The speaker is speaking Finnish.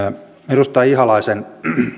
edustaja ihalaisen